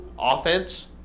Offense